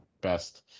best